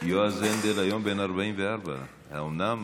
יועז הנדל היום בן 44. האומנם?